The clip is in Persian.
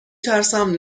ترسم